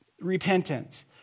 repentance